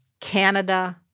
Canada